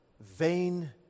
vain